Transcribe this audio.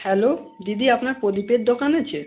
hello দিদি আপনার প্রদীপের দোকান আছে